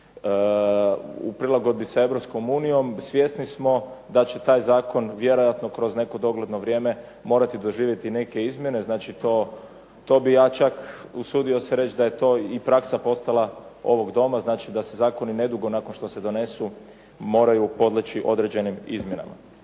u prilagodbi s Europskom unijom svjesni smo da će taj zakon vjerojatno kroz neko dogledno vrijeme morati doživjeti neke izmjene. Znači, to bi ja čak usudio se reći da je to i praksa postala ovog Doma, znači da se zakoni nedugo nakon što se donesu moraju podleći određenim izmjenama.